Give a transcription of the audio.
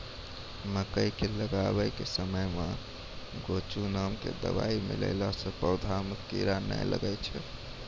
मकई के लगाबै के समय मे गोचु नाम के दवाई मिलैला से पौधा मे कीड़ा नैय लागै छै?